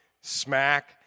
smack